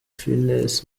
fiennes